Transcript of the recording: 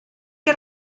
que